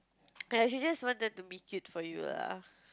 but she just wanted to be cute for you lah